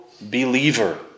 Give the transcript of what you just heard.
believer